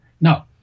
Now